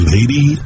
Lady